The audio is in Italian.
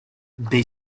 dei